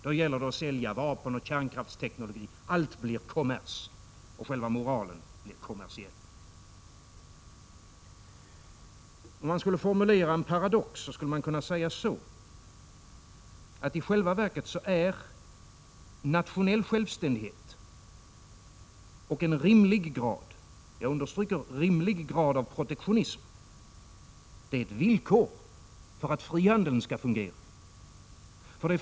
Då gäller det att sälja vapen och kärnkraftsteknologi — allt blir kommers, och själva moralen blir kommersiell. Om man skulle formulera en paradox skulle man kunna säga som så, att i själva verket är nationell självständighet och en rimlig grad av protektionism ett villkor för att frihandeln skall fungera.